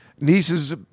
niece's